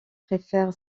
préfère